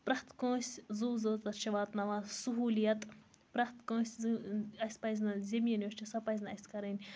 پرٮ۪تھ کٲنٛسہِ زو زٲژَس چھِ واتناوان سُہولیت پرٮ۪تھ کٲنٛسہِ اَسہِ پَزٕ نہٕ زٔمیٖن یۄس چھِ سۄ پَزٕ نہٕ اَسہِ کَرٕنۍ